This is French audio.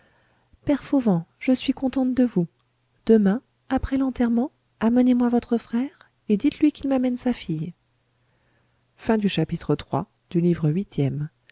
père fauvent je suis contente de vous demain après l'enterrement amenez-moi votre frère et dites-lui qu'il m'amène sa fille chapitre iv